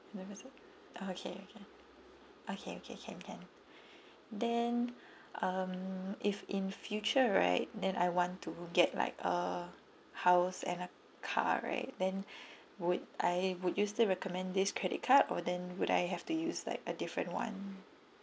never oh okay okay okay okay can can then um if in future right then I want to get like a house and a car right then would I would you still recommend this credit card or then would I have to use like a different [one]